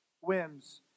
whims